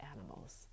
animals